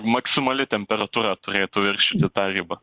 maksimali temperatūra turėtų viršyti tą ribą